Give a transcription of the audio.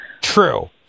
True